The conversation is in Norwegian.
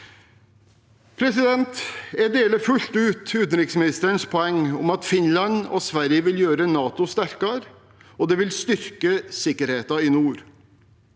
på Kina. Jeg deler fullt ut utenriksministerens poeng om at Finland og Sverige vil gjøre NATO sterkere, og at det vil styrke sikkerheten i nord.